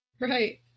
Right